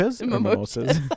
Mimosas